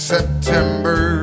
September